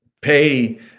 pay